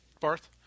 Barth